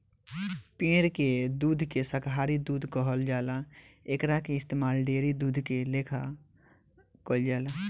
पेड़ के दूध के शाकाहारी दूध कहल जाला एकरा के इस्तमाल डेयरी दूध के लेखा कईल जाला